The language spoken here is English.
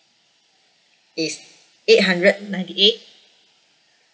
is eight hundred ninety eight